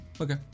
Okay